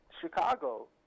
Chicago